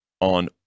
on